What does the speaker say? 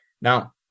Now